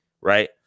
right